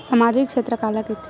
सामजिक क्षेत्र काला कइथे?